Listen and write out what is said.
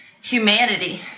humanity